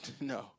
no